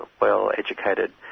well-educated